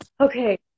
Okay